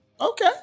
Okay